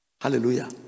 Hallelujah